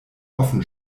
offen